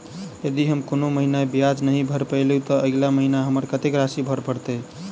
यदि हम कोनो महीना ब्याज नहि भर पेलीअइ, तऽ अगिला महीना हमरा कत्तेक राशि भर पड़तय?